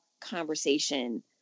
conversation